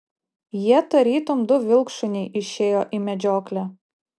jie tarytum du vilkšuniai išėjo į medžioklę